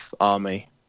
army